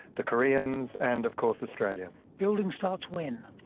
the koreans and of course australia. building starts when?